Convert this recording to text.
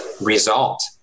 result